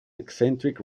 eccentric